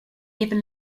even